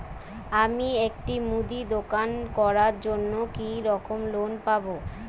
আমি একটি মুদির দোকান করার জন্য কি রকম লোন পাব?